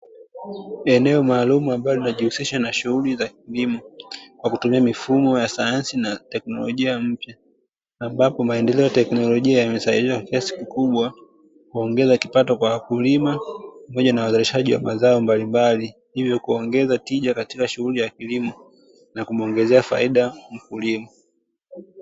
Eneo maalum ambalo linajihusisha na shughuli za kilimo kwa kutumia mifumo ya sayansi na teknolojia mpya, ambapo maendeleo ya teknolojia yamesaidia kwa kiasi kuongeza kipato kwa wakulima pamoja na uzalishaji wa mazao mbalimbali, hivyo kuongeza tija katika shughuli ya kilimo na kumuongezea faida mkulima.